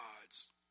gods